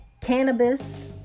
cannabis